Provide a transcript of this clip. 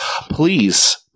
please